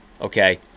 okay